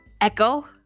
echo